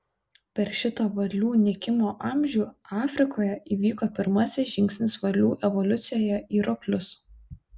per šitą varlių nykimo amžių afrikoje įvyko pirmasis žingsnis varlių evoliucijoje į roplius